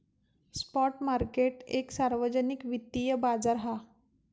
spot market एक सार्वजनिक वित्तिय बाजार हा